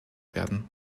werden